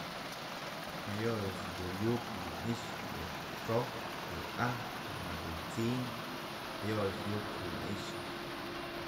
Jayoyëch dun yuk du i'ixë xoj, yë ajkë, mëdë t'sin, jayoyëch yuk dun na i'ixë.